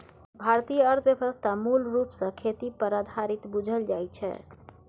भारतीय अर्थव्यवस्था मूल रूप सँ खेती पर आधारित बुझल जाइ छै